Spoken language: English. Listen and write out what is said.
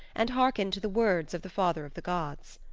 and hearkened to the words of the father of the gods.